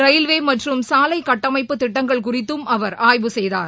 ரயில்வேமற்றும் சாலைகட்டமைப்பு திட்டங்கள் குறித்தும் அவர் ஆய்வு செய்தார்